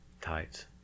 tights